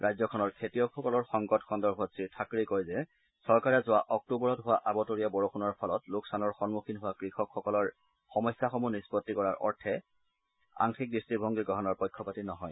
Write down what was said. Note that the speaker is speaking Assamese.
ৰাজ্যখনৰ খেতিয়কসকলৰ সংকট সন্দৰ্ভত শ্ৰী থাকৰেই কয় যে চৰকাৰে যোৱা অক্টোবৰত হোৱা আবতৰীয়া বৰষুণৰ ফলত লোকচানৰ সন্মুখীন হোৱা কৃষকসকলৰ সমস্যাসমূহ নিষ্পত্তি কৰাৰ অৰ্থে আংশিক দৃষ্টিভংগী গ্ৰহণৰ পক্ষপাতি নহয়